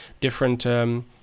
different